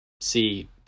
see